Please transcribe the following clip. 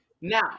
Now